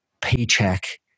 paycheck